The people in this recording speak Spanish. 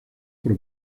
por